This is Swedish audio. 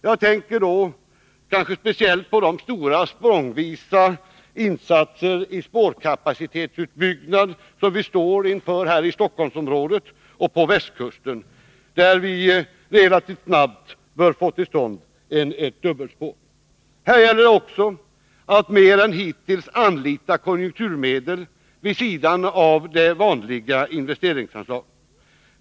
Jag tänker då på de stora språngvisa insatser i spårkapacitetsutbyggnader som vi står inför i Stockholmsområdet och på västkusten, där vi relativt snabbt bör få till stånd dubbelspår. Här gäller det också att mer än hittills anlita konjunkturmedel vid sidan av det vanliga investeringsanslaget.